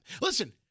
Listen